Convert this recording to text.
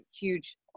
huge